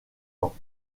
ans